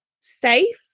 safe